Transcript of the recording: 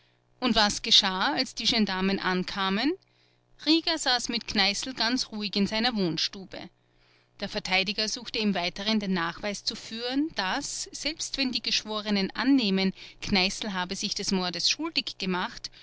und was geschah als die gendarmen ankamen rieger saß mit kneißl ganz ruhig in seiner wohnstube der verteidiger suchte im weiteren den nachweis zu führen daß selbst wenn die geschworenen annehmen kneißl habe sich des mordes schuldig gemacht